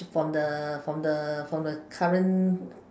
from the from the from the current